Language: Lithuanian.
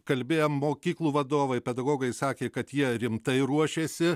kalbėjo mokyklų vadovai pedagogai sakė kad jie rimtai ruošėsi